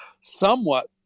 somewhat